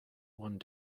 one